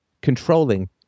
controlling